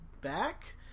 back